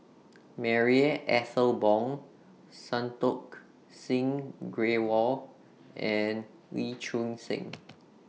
Marie Ethel Bong Santokh Singh Grewal and Lee Choon Seng